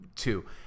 Two